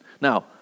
Now